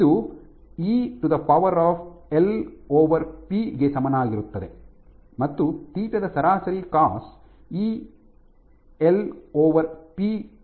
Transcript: ಇದು E L P E L P ಗೆ ಸಮಾನವಾಗಿರುತ್ತದೆ ಮತ್ತು ಥೀಟಾದ ಸರಾಸರಿ cos E L P E L P ಗೆ ಸಮಾನವಾಗಿರುತ್ತದೆ